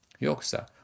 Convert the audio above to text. Yoksa